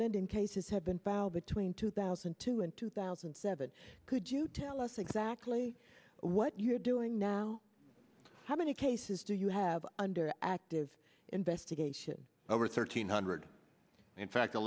lending cases have been foul between two thousand and two and two thousand and seven could you tell us exactly what you're doing now how many cases do you have under active investigation over thirteen hundred in fact the